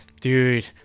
dude